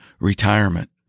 retirement